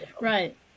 right